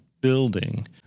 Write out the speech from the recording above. building